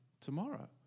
tomorrow